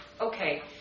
Okay